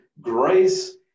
grace